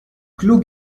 clos